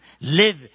live